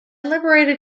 liberated